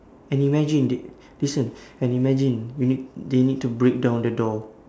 and imagine they listen and imagine we need they need to break down the door